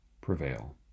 prevail